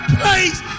place